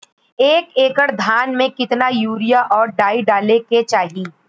एक एकड़ धान में कितना यूरिया और डाई डाले के चाही?